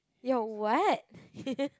your what